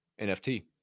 NFT